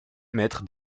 émettre